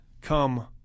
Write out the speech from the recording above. come